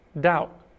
doubt